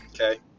Okay